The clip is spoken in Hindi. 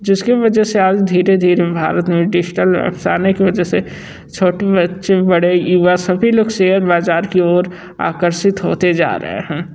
जिसकी वजह से आज धीरे धीरे भारत में डिजिटल अफ़साने की वजह से छोटे बच्चे बड़े युवा सभी लोग शेयर बाज़ार की ओर आकर्षित होते जा रहे हैं